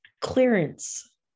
Clearance